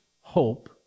hope